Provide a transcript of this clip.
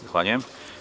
Zahvaljujem.